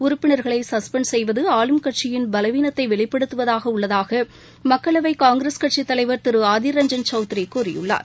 உறுப்பினர்களை சஸ்பெண்ட் செய்வது ஆளும் கட்சியின் பலவீனத்தை வெளிப்படுத்துவதாக உள்ளதாக மக்களவை காங்கிரஸ் கட்சித் தலைவர் திரு ஆதிர் ரஞ்ஜன் சௌத்ரி கூறியுள்ளார்